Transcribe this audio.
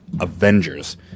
Avengers